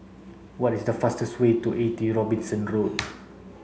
what is the fastest way to eighty Robinson Road